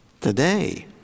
today